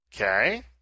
Okay